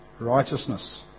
righteousness